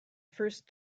first